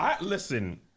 Listen